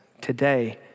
today